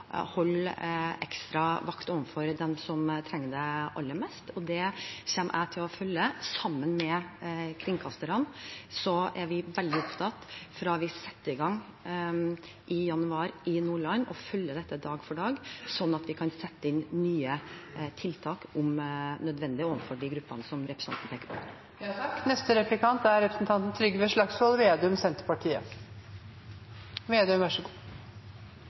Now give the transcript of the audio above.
holde ekstra vakt overfor dem som trenger det aller mest, og det kommer jeg til å følge, sammen med kringkasterne. Vi er veldig opptatt av å følge dette, dag for dag, fra vi setter i gang i januar i Nordland, sånn at vi kan sette inn nye tiltak om nødvendig overfor de gruppene som representanten peker på. Det er svært uklare signaler fra regjeringspartiene i denne debatten, så